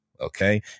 okay